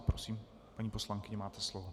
Prosím, paní poslankyně, máte slovo.